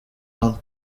hano